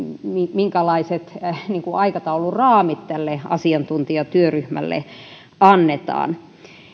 minkälaiset aikatauluraamit tälle asiantuntijatyöryhmälle annetaan